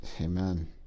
amen